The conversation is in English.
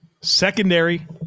Secondary